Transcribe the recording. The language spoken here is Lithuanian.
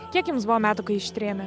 kiek jums buvo metų kai ištrėmė